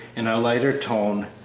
in a lighter tone,